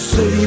Say